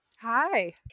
Hi